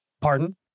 Pardon